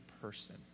person